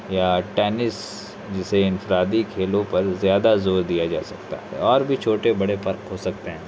یا ٹینس جسے انفرادی کھیلوں پر زیادہ زور دیا جا سکتا ہے اور بھی چھوٹے بڑے فرق ہو سکتے ہیں